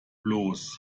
bloß